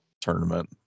tournament